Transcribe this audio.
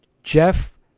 Jeff